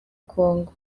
congo